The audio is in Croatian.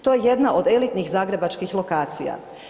To je jedna od elitnih zagrebačkih lokacija.